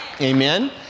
amen